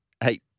hey